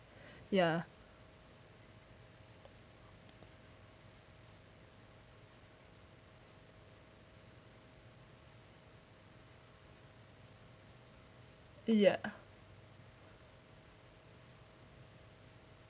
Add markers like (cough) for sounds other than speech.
(breath) ya ya